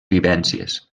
vivències